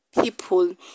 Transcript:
people